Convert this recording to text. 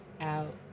Out